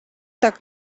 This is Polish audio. tak